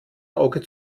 auge